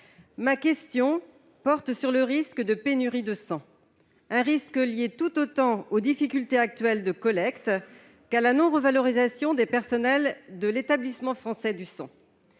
pays est face à un risque de pénurie de sang, dû tout autant aux difficultés actuelles de collecte qu'à la non-revalorisation des personnels de l'Établissement français du sang,